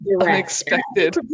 unexpected